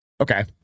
Okay